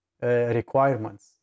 requirements